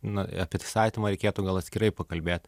na apie įstatymą reikėtų gal atskirai pakalbėt